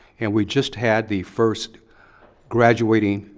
and we just had the first graduating